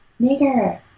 nigger